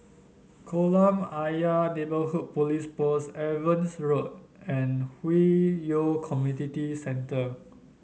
Kolam Ayer Neighbourhood Police Post Evans Road and Hwi Yoh Community Center